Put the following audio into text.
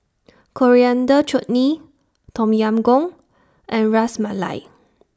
Coriander Chutney Tom Yam Goong and Ras Malai